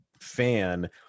fan